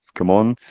come on.